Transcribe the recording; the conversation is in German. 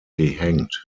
gehängt